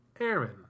Aaron